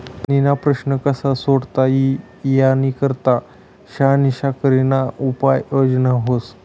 पाणीना प्रश्न कशा सोडता ई यानी करता शानिशा करीन उपाय योजना व्हस